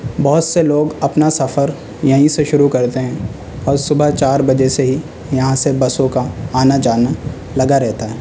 بہت سے لوگ اپنا سفر یہیں سے شروع کرتے ہیں اور صبح چار بجے سے ہی یہاں سے بسوں کا آنا جانا لگا رہتا ہے